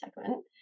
segment